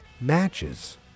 matches